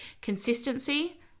consistency